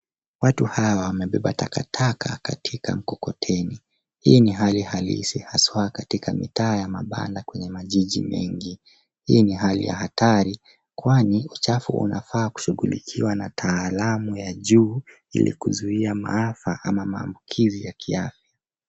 Watu hawa wamebeba takataka katika mkokoteni. Hii ni hali halisi haswa katika mitaa ya mabanda kwenye majiji mengi. Hii ni hali ya hatari kwani uchafu unafaa kushughulikiwa na taalamu ya juu ili kuzuia maafa ama maambukizi ya kiafya.